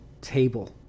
table